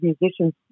musicians